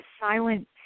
silent